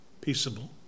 Peaceable